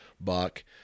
buck